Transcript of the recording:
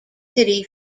city